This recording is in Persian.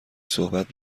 صحبت